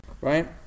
Right